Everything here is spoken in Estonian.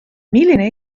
milline